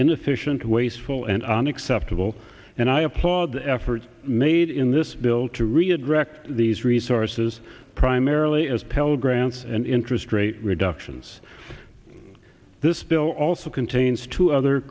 inefficient wasteful and unacceptable and i applaud the efforts made in this bill to riyadh rect these resources primarily as pell grants and interest rate reductions this bill also contains two other